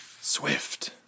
Swift